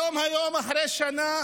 היום, אחרי שנה